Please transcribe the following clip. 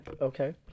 Okay